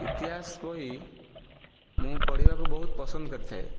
ଇତିହାସ ବହି ମୁଁ ପଢ଼ିବାକୁ ବହୁତ ପସନ୍ଦ କରିଥାଏ